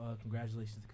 congratulations